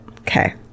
Okay